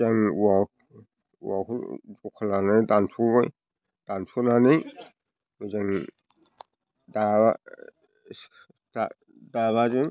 मोजां औवा औवाखौ जखा लानानै दानस'बाय दानस'नानै मोजां दाबा सिखा दाबाजों